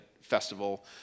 festival